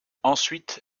ensuite